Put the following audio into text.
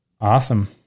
Awesome